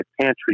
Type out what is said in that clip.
pantry